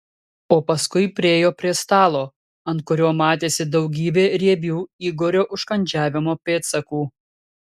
o paskui priėjo prie stalo ant kurio matėsi daugybė riebių igorio užkandžiavimo pėdsakų